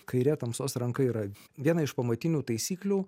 kairė tamsos ranka yra viena iš pamatinių taisyklių